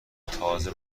تازه